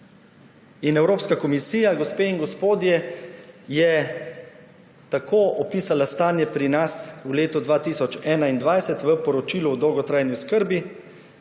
Evropska komisija, gospe in gospodje, je tako opisala stanje pri nas v letu 2021 v poročilu o dolgotrajni oskrbi.